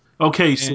Okay